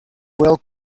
will